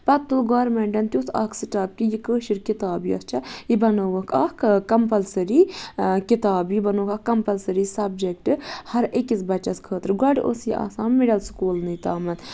پَتہٕ تُل گورمٮ۪نٹَن تیُتھ اَکھ سِٹٮ۪پ کہِ یہِ کٲشِر کِتاب یۄس چھےٚ یہِ بنٲوٕکھ اَکھ کَمپَلسٔری کِتاب یہِ بنٲوٕکھ اَکھ کَمپَلسٔری سَبجکٹ ہر أکِس بَچَس خٲطرٕ گۄڈٕ ٲس یہِ آسان مِڈَل سُکوٗلنٕے تامَتھ